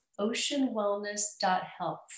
oceanwellness.health